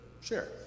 share